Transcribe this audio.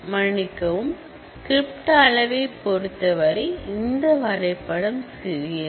மன்னிக்கவும் ஸ்கிரிப்ட் அளவைப் பொறுத்தவரை இந்த வரைபடம் சிறியது